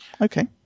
Okay